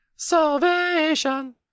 salvation